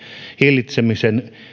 hillitsemisen